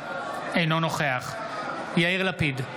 אינו נוכח יאיר לפיד,